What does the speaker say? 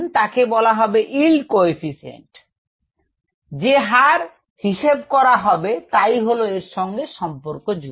তাকে বলা হবে yield coefficient যে হার হিসাব করা হবে তাই হলো এর সঙ্গে সম্পর্কযুক্ত